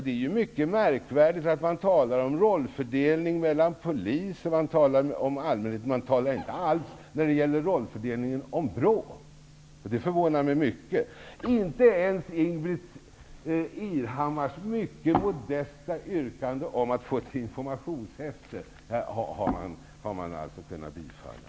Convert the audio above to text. Det är mycket märkvärdigt att man talar om rollfördelning när det gäller polisen och allmänheten. Men man talar inte alls om rollfördelning när det gäller BRÅ. Det förvånar mig mycket. Inte ens Ingbritt Irhammars mycket modesta yrkande om att få ett informationshäfte har utskottet kunnat tillstyrka.